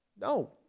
No